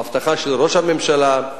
והבטחה של ראש הממשלה.